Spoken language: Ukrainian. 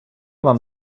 вам